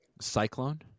Cyclone